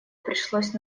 пришлось